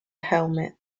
helmet